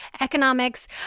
economics